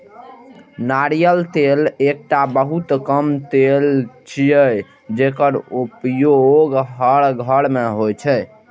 नारियल तेल एकटा बहुत आम तेल छियै, जेकर उपयोग हर घर मे होइ छै